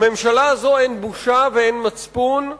לממשלה הזאת אין בושה ואין מצפון,